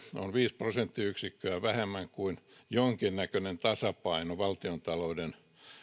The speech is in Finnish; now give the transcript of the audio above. on viisi prosenttiyksikköä vähemmän kuin se jolla jonkinnäköinen tasapaino valtiontalouden